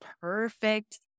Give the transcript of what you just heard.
perfect